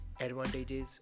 advantages